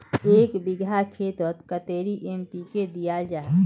एक बिगहा खेतोत कतेरी एन.पी.के दियाल जहा?